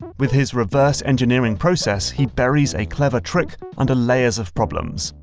with his reverse-engineering process, he buries a clever trick under layers of problems.